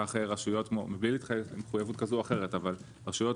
קח רשויות כמו מבלי מחויבות כזו או אחרת אבל רשויות